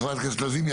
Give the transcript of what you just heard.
חברת הכנסת לזימי,